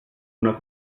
una